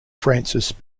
francis